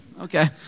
Okay